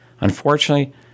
Unfortunately